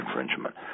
infringement